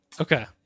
okay